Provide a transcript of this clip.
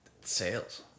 sales